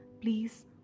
Please